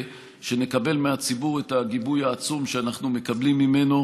שנקבל מהציבור את הגיבוי העצום שאנחנו מקבלים ממנו,